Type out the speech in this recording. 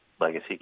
legacy